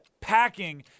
packing